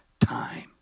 time